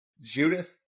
Judith